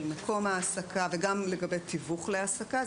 של מקום ההעסקה וגם לגבי תיווך להעסקה.